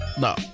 No